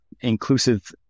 inclusive